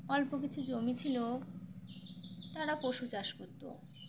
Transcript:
অল্প কিছু জমি ছিল তারা পশু চাষ করতো